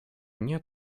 нет